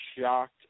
shocked